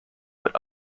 but